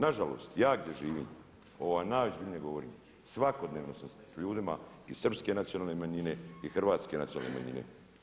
Nažalost, ja gdje živim, ovo vam najozbiljnije govorim, svakodnevno sam s ljudima iz srpske nacionalne manjine i hrvatske nacionalne manjine.